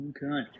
Okay